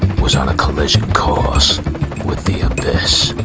was on a collision course with the abyss.